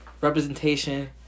representation